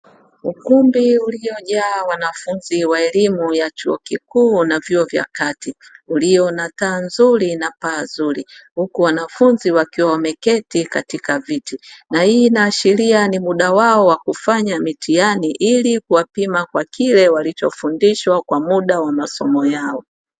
Ukumbi uliojaa wanafunzi wa chuo kikuu na vyuo vya kati ulio na taa nzuri na paa zuri huku wanafunzi wakiwa wameketi katika viti, na hii inaashiria ni muda wao wa kufanya mitihani ili kuwapima kwa kile walichofundishwa kwa muda wa masomo yao.